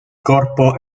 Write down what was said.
corpo